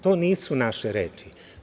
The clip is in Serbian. To nisu naše reči.